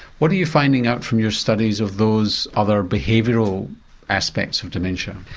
what are you finding out from your studies of those other behavioural aspects of dementia?